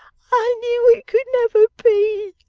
i knew it could never be,